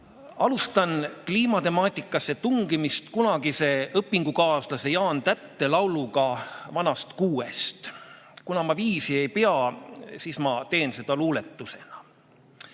alustan kliimatemaatikasse tungimist kunagise õpingukaaslase Jaan Tätte lauluga "Vana kuub". Kuna ma viisi ei pea, siis ma teen seda luuletusena."Mu